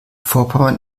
vorpommern